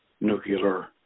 nuclear